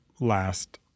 last